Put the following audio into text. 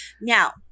now